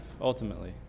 ultimately